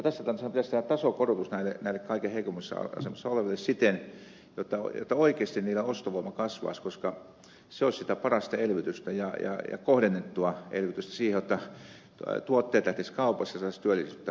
tässä tilanteessahan pitäisi tehdä tasokorotus näille kaikkein heikoimmassa asemassa oleville siten jotta oikeasti heillä ostovoima kasvaisi koska se olisi sitä parasta elvytystä ja kohdennettua elvytystä siihen jotta tuotteet lähtisivät kaupaksi ja saataisiin työllisyyttä parannettua